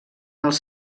els